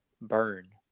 burn